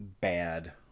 bad